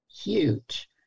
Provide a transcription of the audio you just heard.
huge